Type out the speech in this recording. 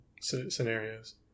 scenarios